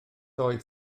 oedd